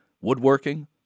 woodworking